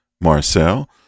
Marcel